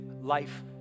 life